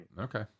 Okay